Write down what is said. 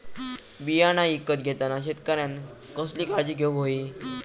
बियाणा ईकत घेताना शेतकऱ्यानं कसली काळजी घेऊक होई?